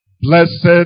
Blessed